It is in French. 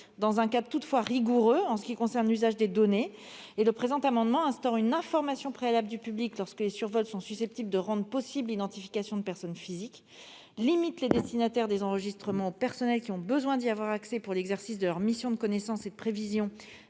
dans un cadre rigoureux. C'est pourquoi le présent amendement vise à instaurer une information préalable du public lorsque les survols sont susceptibles de rendre possible l'identification des personnes physiques, à cantonner les destinataires des enregistrements aux personnels ayant besoin d'y avoir accès pour l'exercice de leur mission de connaissance et de prévision